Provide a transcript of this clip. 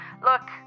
Look